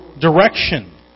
direction